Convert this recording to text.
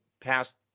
passed